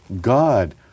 God